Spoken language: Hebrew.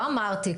לא אמרתי.